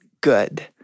good